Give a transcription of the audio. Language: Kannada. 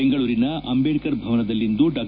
ಬೆಂಗಳೂರಿನ ಅಂಬೇಡ್ಕರ್ ಭವನದಲ್ಲಿಂದು ಡಾ